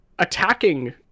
attacking